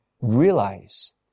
realize